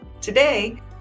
Today